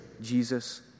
Jesus